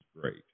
great